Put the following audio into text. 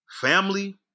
family